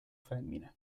femmine